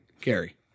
Gary